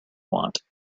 want